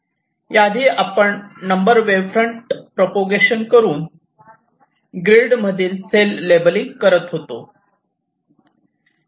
या आधी आपण वेव्ह फ्रंट प्रप्रोगेशन करून ग्रीड मधील सेल लेबलिंग करत होतो